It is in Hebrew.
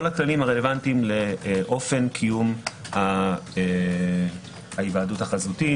התנאים הרלוונטיים לאופן קיום ההיוועדות החזותית.